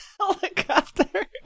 helicopter